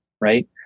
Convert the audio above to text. right